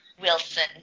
Wilson